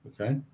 okay